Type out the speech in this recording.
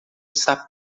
está